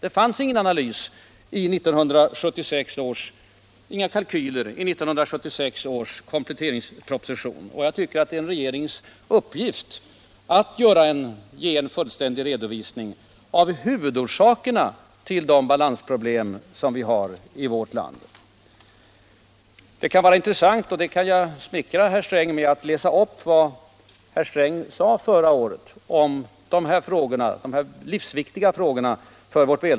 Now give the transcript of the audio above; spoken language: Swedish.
Det fanns ingen analys, inga kalkyler, i 1976 års kompletteringsproposition. Jag tycker att det är en regerings uppgift att ge en fullständig redovisning av huvudorsakerna till de obalansproblem som vi har i vårt land. Det kan vara intressant — och jag kan glädja herr Sträng därmed — att läsa upp vad han anförde förra året om dessa för vårt välstånd livsviktiga frågor.